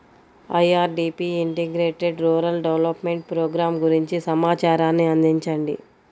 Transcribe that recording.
IRDP integrated rural development programme గురించి సమాచారాన్ని అందించండి?